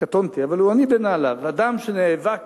קטונתי, אבל אני בנעליו, אדם שנאבק